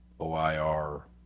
OIR